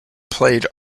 played